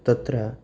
तत्र